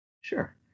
Sure